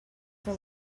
for